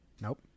nope